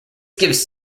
gives